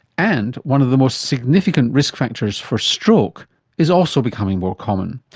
and one of the most significant risk factors for stroke is also becoming more common.